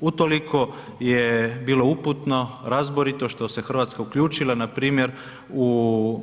Utoliko je bilo uputno, razborito što se Hrvatska uključila npr. u